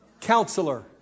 Counselor